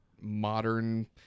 modern